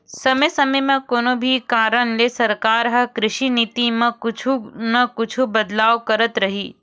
समे समे म कोनो भी कारन ले सरकार ह कृषि नीति म कुछु न कुछु बदलाव करत रहिथे